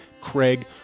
Craig